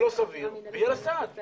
זה לא סביר ויהיה לה סעד.